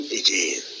again